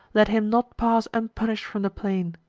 let him not pass unpunish'd from the plain.